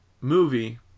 movie